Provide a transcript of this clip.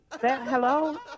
Hello